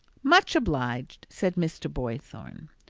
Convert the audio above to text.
much obliged! said mr. boythorn.